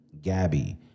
Gabby